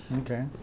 Okay